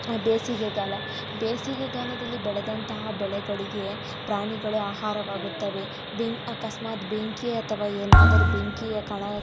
ಬೇಸಿಗೆಗಾಲ ಬೇಸಿಗೆಗಾಲದಲ್ಲಿ ಬೆಳೆದಂತಹ ಬೆಳೆಗಳಿಗೆ ಪ್ರಾಣಿಗಳು ಆಹಾರವಾಗುತ್ತವೆ ಬೆನ್ ಅಕಸ್ಮಾತ್ ಬೆಂಕಿ ಅಥವಾ ಏನಾದರೂ ಬೆಂಕಿಯ ಕಣ